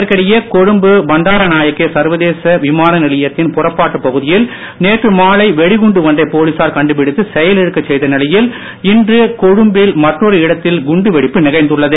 இதற்கிடையே கொழும்பு பண்டாரநாயகே சர்வதேச விமானநிலையத்தின் புறப்பாட்டுப் பகுதியில் நேற்று மாலை வெடிகுண்டு ஒன்றை போலீசார் கண்டுபிடித்து செயலிழக்கச் செய்த நிலையில் இன்று கொழும்பில் மற்றொரு இடத்தில் குண்டு வெடிப்பு நிகழ்ந்துள்ளது